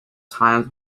times